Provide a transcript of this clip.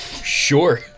Sure